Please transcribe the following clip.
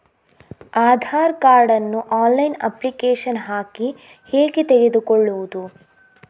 Aadhaar card ನ್ನು online application ಹಾಕಿ ಹೇಗೆ ತೆಗೆದುಕೊಳ್ಳುವುದು?